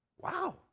Wow